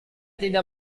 tidak